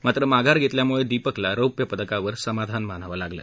मात्र माघार घेतल्यामुळे दीपकला रौप्य पदकावर समाधान मानावं लागलं